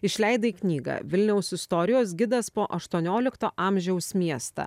išleidai knygą vilniaus istorijos gidas po aštuoniolikto amžiaus miestą